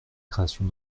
création